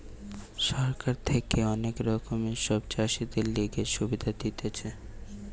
সরকার থাকে অনেক রকমের সব চাষীদের লিগে সুবিধা দিতেছে